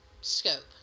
scope